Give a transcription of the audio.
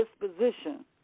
disposition